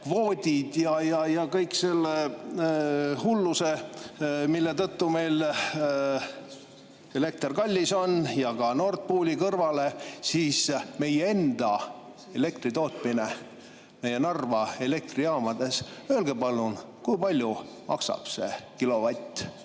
CO2-kvoodid ja kõik selle hulluse, mille tõttu meil elekter kallis on, ja ka Nord Pooli kõrvale, kasutame meie enda elektritootmist meie Narva Elektrijaamades, siis kui palju maksab see kilovatt